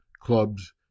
clubs